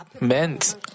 men's